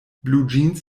bluejeans